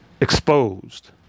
exposed